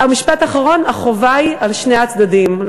המשפט האחרון: החובה בנושא הזה היא על שני הצדדים.